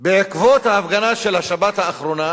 בעקבות ההפגנה של השבת האחרונה,